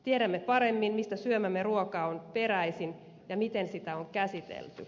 tiedämme paremmin mistä syömämme ruoka on peräisin ja miten sitä on käsitelty